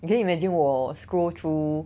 can you imagine 我 scroll through